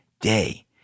day